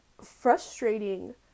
frustrating